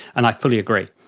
and i fully agree.